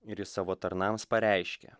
ir jis savo tarnams pareiškė